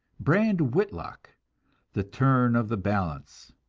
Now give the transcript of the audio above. brand whitlock the turn of the balance.